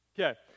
Okay